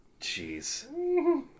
Jeez